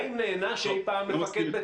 האם אי פעם נענש מפקד?